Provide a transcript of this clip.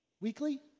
weekly